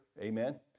Amen